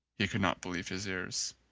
he could not believe his ears.